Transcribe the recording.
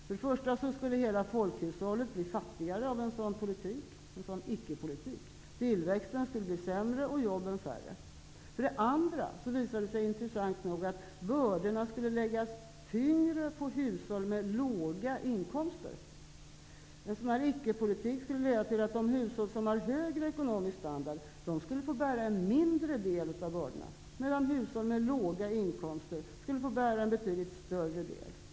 För det första skulle hela folkhushållet bli fattigare av en sådan icke-politik. Tillväxten skulle bli sämre och jobben färre. För det andra visar det sig, intressant nog, att bördorna skulle läggas tyngre på hushåll med låga inkomster. En sådan icke-politik skulle nämligen leda till att de hushåll som har högre ekonomisk standard skulle få bära en mindre del av bördorna, medan hushåll med låga inkomster skulle få bära en betydligt större del.